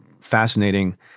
fascinating